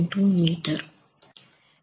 2 metre